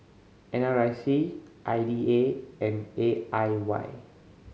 N R I C I D A and A I Y